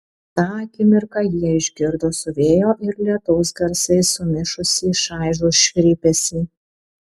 tą akimirką jie išgirdo su vėjo ir lietaus garsais sumišusį šaižų švilpesį